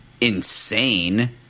insane